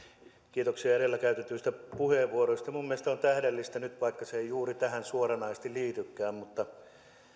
kiitoksia edellä käytetyistä puheenvuoroista minun mielestäni on tähdellistä nyt vaikka se ei juuri tähän suoranaisesti liitykään että